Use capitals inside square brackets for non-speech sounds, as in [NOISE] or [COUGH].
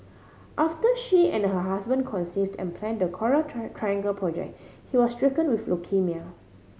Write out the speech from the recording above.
after she and her husband conceived and planned the Coral [UNINTELLIGIBLE] Triangle project he was stricken with leukaemia